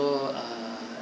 ~o uh